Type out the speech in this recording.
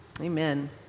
Amen